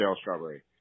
Strawberry